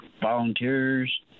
volunteers